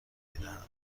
میدهند